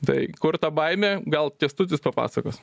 tai kur ta baimė gal kęstutis papasakos